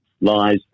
lies